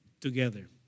together